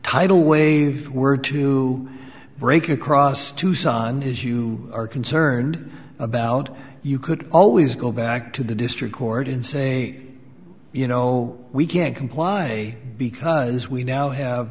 tidal waves were to break across tucson as you are concerned about you could always go back to the district court and say you know we can't comply because we now have